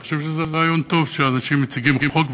אני חושב שזה רעיון טוב שאנשים מציגים חוק,